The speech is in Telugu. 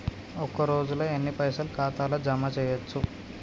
ఒక రోజుల ఎన్ని పైసల్ ఖాతా ల జమ చేయచ్చు?